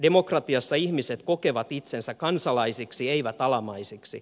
demokratiassa ihmiset kokevat itsensä kansalaisiksi eivät alamaisiksi